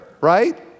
right